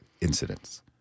incidents